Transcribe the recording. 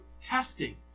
testing